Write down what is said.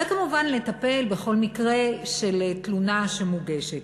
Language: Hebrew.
וכמובן לטפל בכל מקרה של תלונה שמוגשת.